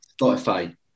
Spotify